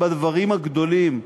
בדברים הגדולים.